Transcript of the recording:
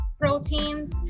proteins